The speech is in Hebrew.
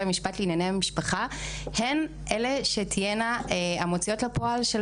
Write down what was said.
המשפט לענייני משפחה הן אלה שתהיינה המוציאות לפועל של